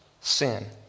sin